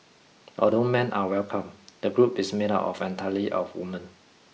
although men are welcome the group is made up entirely of woman